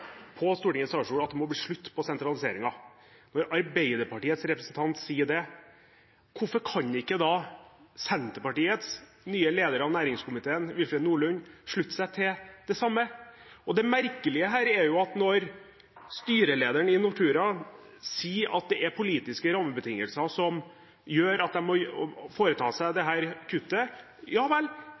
på Stortingets talerstol til Nortura at det må bli slutt på sentraliseringen – når Arbeiderpartiets representant sier det, hvorfor kan ikke da Senterpartiets nye leder av næringskomiteen, Willfred Nordlund, slutte seg til det samme? Det merkelige her er at styrelederen i Nortura sier at det er politiske rammebetingelser som gjør at de må foreta dette kuttet. Ja vel,